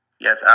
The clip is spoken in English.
Yes